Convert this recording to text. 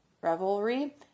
revelry